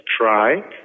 try